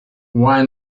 why